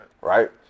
right